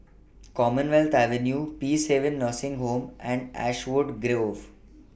Commonwealth Avenue Peacehaven Nursing Home and Ashwood Grove